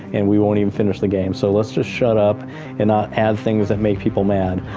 and we won't even finish the game, so let's just shut up and not add things that make people mad.